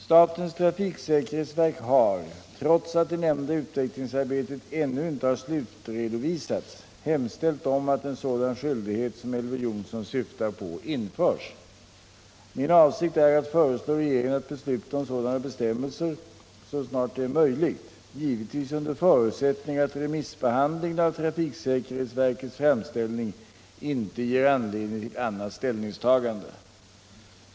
Statens trafiksäkerhetsverk har — trots att det nämnda utvecklingsarbetet ännu inte har slutredovisats — hemställt om att en sådan skyldighet som Elver Jonsson syftar på införs. Min avsikt är att föreslå regeringen att besluta om sådana bestämmelser så snart det är möjligt, givetvis under förutsättning att remissbehandlingen av trafiksäkerhetsverkets framställning inte ger anledning till annat ställningstagande.